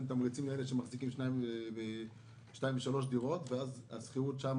תמריצים לאלה שמחזיקים שתיים או שלוש דירות ואז להוריד בהן את השכירות?